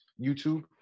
YouTube